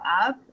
up